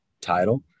title